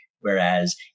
whereas